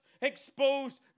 exposed